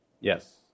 Yes